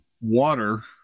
water